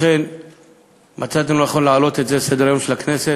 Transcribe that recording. לכן מצאתי לנכון להעלות את זה לסדר-היום של הכנסת,